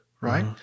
Right